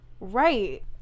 Right